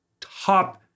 top